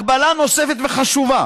הגבלה נוספת וחשובה